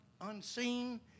unseen